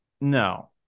No